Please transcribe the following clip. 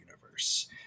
universe